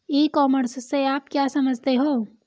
ई commerce से आप क्या समझते हो?